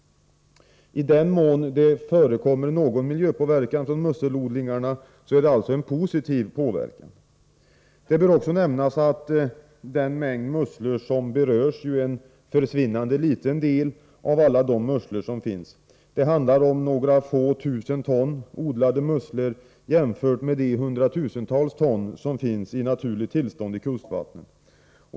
I den mån som det förekommer någon miljöpåverkan från musselsodlingarna är det alltså en positiv sådan. Det bör också nämnas att den mängd musslor som berörs är en försvinnande liten del av alla de musslor som finns. Det är ju bara några få tusen ton som odlas jämfört med de hundratusentals ton som finns i naturligt tillstånd i kustvattnen.